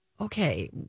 okay